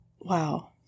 Wow